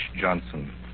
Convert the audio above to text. Johnson